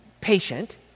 patient